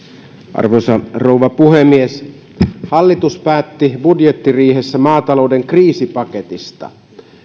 arvoisa rouva puhemies hallitus päätti budjettiriihessä maatalouden kriisipaketista